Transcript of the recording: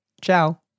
ciao